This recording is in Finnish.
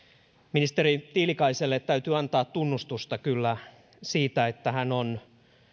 ministeri tiilikaiselle täytyy antaa tunnustusta kyllä siitä että hän on